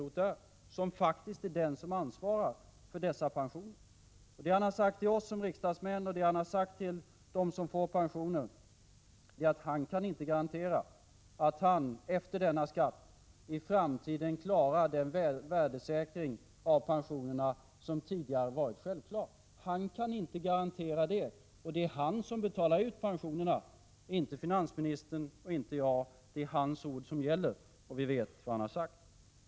Han är ju faktiskt den som ansvarar för dessa pensioner. Det han har sagt till oss som riksdagsmän och till dem som får pension är att han inte kan garantera att han efter denna skatt i framtiden klarar den värdesäkring av pensionerna som tidigare varit självklar. Han kan inte garantera det, och det är han som betalar ut pensionerna. Det är inte finansministern, och det är inte jag. Det är hans ord som gäller, och vi vet vad han har sagt.